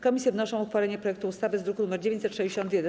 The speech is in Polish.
Komisje wnoszą o uchwalenie projektu ustawy z druku nr 961.